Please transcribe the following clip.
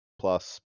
plus